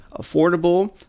affordable